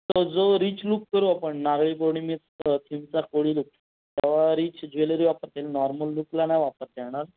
तो जो rich look करू आपण नारळी पौर्णिमेचा थिमचा कोळी लूक तेव्हा रिच ज्वेलरी वापरता येईल नॉर्मल लूकला नाही वापरता येणार